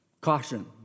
Caution